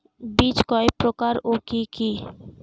বীজ কয় প্রকার ও কি কি?